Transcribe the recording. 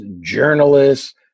journalists